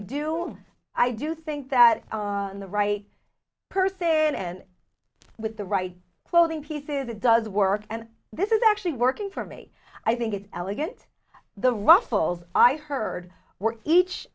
do i do think that the right person and with the right clothing pieces it does work and this is actually working for me i think it's elegant the ruffles i heard